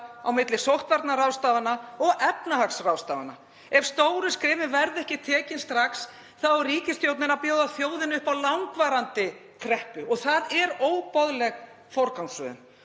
á milli sóttvarnaráðstafana og efnahagsráðstafana. Ef stóru skrefin verða ekki stigin strax þá er ríkisstjórnin að bjóða þjóðinni upp á langvarandi kreppu. Það er óboðleg forgangsröðun.